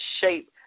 shape